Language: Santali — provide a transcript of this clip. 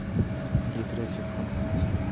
ᱜᱤᱫᱽᱨᱟᱹ ᱡᱚᱠᱷᱚᱱ ᱠᱚ